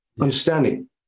understanding